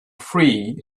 three